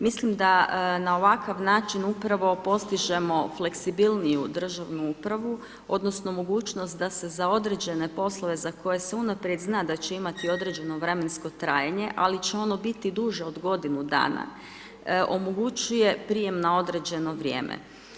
Mislim da na ovakav način upravo postižemo fleksibilniju državnu upravu odnosno mogućnost da se za određene poslove za koje se unaprijed zna da će imati određeno vremensko trajanje ali će ono biti duže od godinu dana omogućuje prijem na određeno vrijeme.